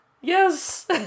Yes